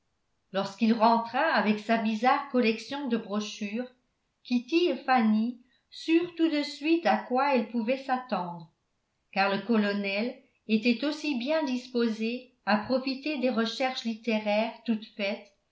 lorsqu'il rentra avec sa bizarre collection de brochures kitty et fanny surent tout de suite à quoi elles pouvaient s'attendre car le colonel était aussi bien disposé à profiter des recherches littéraires toutes faites